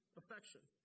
affection